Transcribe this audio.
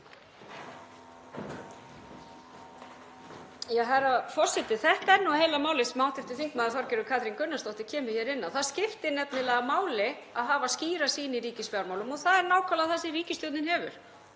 Herra forseti. Þetta er nú heila málið sem hv. þm. Þorgerður Katrín Gunnarsdóttir kemur inn á, það skiptir nefnilega máli að hafa skýra sýn í ríkisfjármálum og það er nákvæmlega það sem ríkisstjórnin hefur.